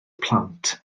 plant